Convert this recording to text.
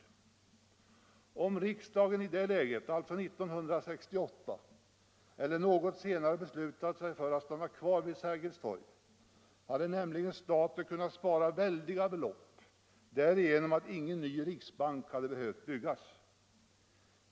Om riksdagen i det läget, 1968, eller något senare beslutat sig för att stanna kvar vid Sergels torg hade staten kunnat spara väldiga belopp därigenom att ingen ny riksbank hade behövt byggas.